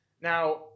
Now